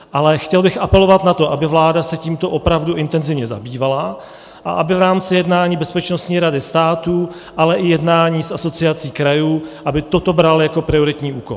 Ale chtěl bych apelovat na to, aby vláda se tímto opravdu intenzivně zabývala a aby v rámci jednání Bezpečnostní rady státu, ale i jednání s Asociací krajů toto brala jako prioritní úkol.